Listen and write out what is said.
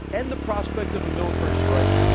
and the prospect of a military strike,